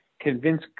convince